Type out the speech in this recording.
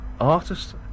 Artist